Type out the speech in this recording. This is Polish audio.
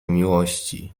miłości